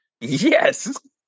Yes